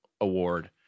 award